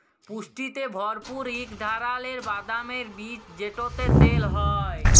পুষ্টিতে ভরপুর ইক ধারালের বাদামের বীজ যেটতে তেল হ্যয়